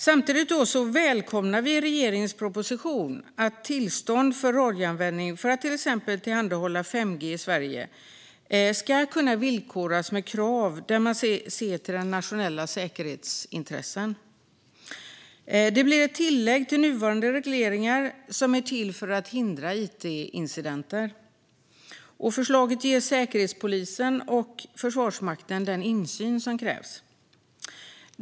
Samtidigt välkomnar vi regeringens proposition om att tillstånd för radioanvändning för att till exempel tillhandahålla 5G i Sverige ska kunna villkoras med krav där man ser till nationella säkerhetsintressen. Det blir ett tillägg till nuvarande regleringar som är till för att hindra it-incidenter. Förslaget ger Säkerhetspolisen och Försvarsmakten den insyn som krävs.